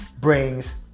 brings